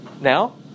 now